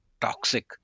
toxic